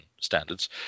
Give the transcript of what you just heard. standards